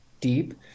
deep